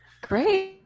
Great